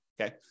okay